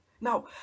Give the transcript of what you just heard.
Now